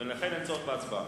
ולכן אין צורך בהצבעה.